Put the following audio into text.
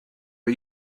are